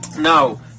Now